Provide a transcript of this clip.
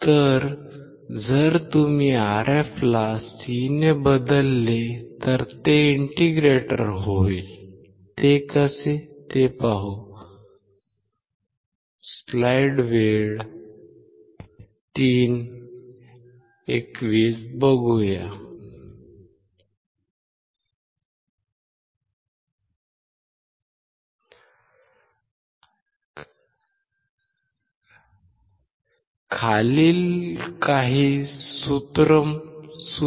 तर जर तुम्ही Rf ला C ने बदलले तर ते इंटिग्रेटर होईल ते कसे ते पाहू